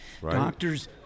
Doctors